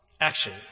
Action